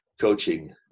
coaching